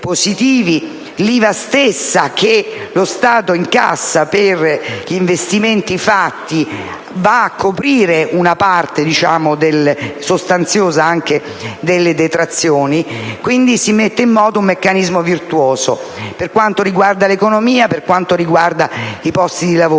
la stessa IVA che lo Stato incassa per gli investimenti fatti va a coprire una parte sostanziosa delle detrazioni. Quindi, si mette in moto un meccanismo virtuoso per quanto riguarda l'economia e i posti di lavoro.